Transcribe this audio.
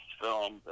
film